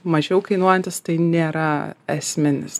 mažiau kainuojantis tai nėra esminis